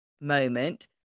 moment